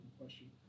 question